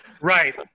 right